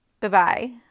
Bye-bye